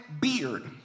Beard